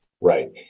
Right